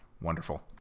Wonderful